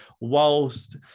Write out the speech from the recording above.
whilst